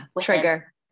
trigger